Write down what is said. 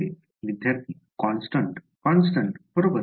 विद्यार्थीः constant constant बरोबर